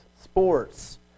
Sports